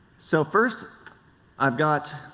so first i have got